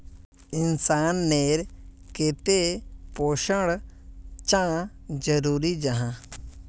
इंसान नेर केते पोषण चाँ जरूरी जाहा?